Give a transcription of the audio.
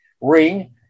Ring